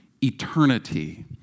eternity